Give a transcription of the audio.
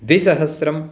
द्विसहस्रम्